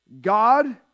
God